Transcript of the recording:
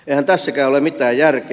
eihän tässäkään ole mitään järkeä